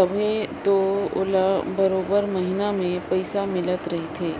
तबो ले ओला बरोबेर महिना में पइसा मिलत रहथे